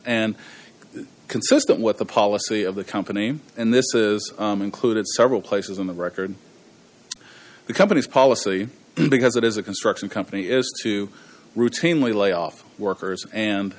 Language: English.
and consistent what the policy of the company and this is included several places in the record company's policy because it is a construction company is to routinely lay off workers and